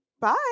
Bye